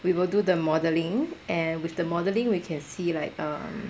we will do the modelling and with the modelling we can see like um